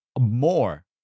more